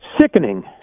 Sickening